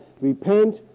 repent